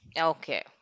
Okay